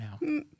now